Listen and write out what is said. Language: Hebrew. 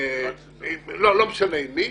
לא משנה עם מי,